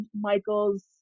michael's